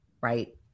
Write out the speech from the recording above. Right